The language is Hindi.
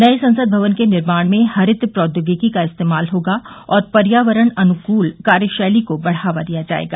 नए संसद भवन के निर्माण में हरित प्रौद्योगिकी का इस्तेमाल होगा और पर्यावरण अनुकूल कार्यशैली को बढ़ावा दिया जाएगा